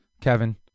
Kevin